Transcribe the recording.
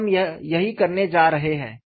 तो हम यही करने जा रहे हैं